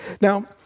Now